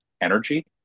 energy